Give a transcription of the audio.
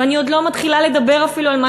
ואני עוד לא מתחילה לדבר אפילו על מה